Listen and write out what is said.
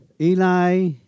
Eli